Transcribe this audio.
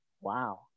wow